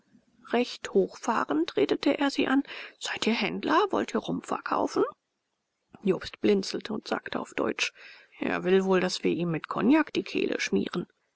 recht hochfahrend redete er sie an seid ihr händler wollt ihr rum verkaufen jobst blinzelte und sagte auf deutsch er will wohl daß wir ihm mit kognak die kehle schmieren